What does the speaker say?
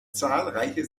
zahlreiche